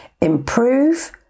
Improve